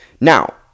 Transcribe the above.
Now